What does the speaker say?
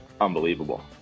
unbelievable